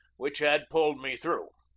which had pulled me through.